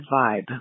vibe